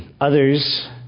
Others